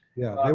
yeah.